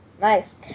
Nice